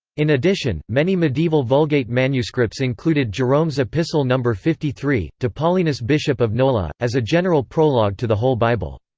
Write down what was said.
in addition, many medieval vulgate manuscripts included jerome's epistle number fifty three, to paulinus bishop of nola, as a general prologue to the whole bible.